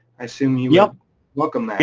i assume you yeah welcome like